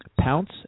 Pounce